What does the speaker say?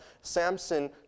Samson